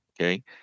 okay